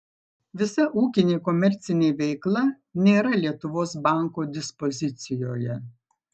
visa ūkinė komercinė veikla nėra lietuvos banko dispozicijoje